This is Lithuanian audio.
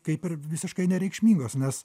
kaip ir visiškai nereikšmingos nes